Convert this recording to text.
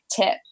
tip